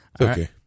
Okay